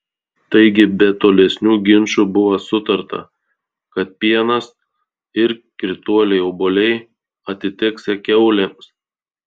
taigi be tolesnių ginčų buvo sutarta kad pienas ir krituoliai obuoliai atiteksią kiaulėms